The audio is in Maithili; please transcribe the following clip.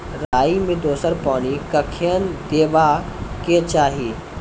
राई मे दोसर पानी कखेन देबा के चाहि?